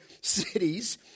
cities